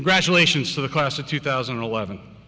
congratulations to the class of two thousand and eleven